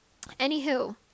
anywho